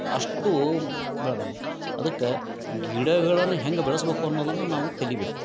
ಅಷ್ಟೂ ಬೆಳ್ದಾವು ಅದಕ್ಕ ಗಿಡಗಳನ್ನ ಹೆಂಗೆ ಬೆಳ್ಸ್ಬಕು ಅನ್ನೋದನ್ನ ನಾವು ಕಲಿಯಬೇಕು